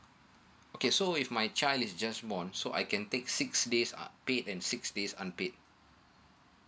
okay so if my child is just born so I can take six days uh paid and six days unpaid